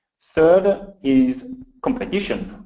third is competition.